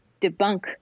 debunk